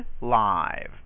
live